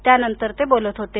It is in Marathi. त्यानंतर ते बोलत होते